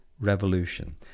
Revolution